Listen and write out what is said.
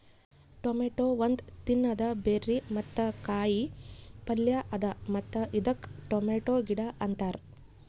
tomato ಒಂದ್ ತಿನ್ನದ berry ಮತ್ತ ಕಾಯಿ ಪಲ್ಯ ಅದಾ ಮತ್ತ ಇದಕ್ ಟೊಮೇಟೊ ಗಿಡ ಅಂತಾರ್